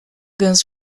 guns